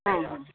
हां